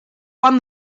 won